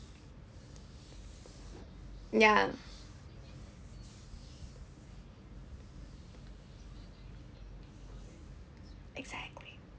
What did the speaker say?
ya exactly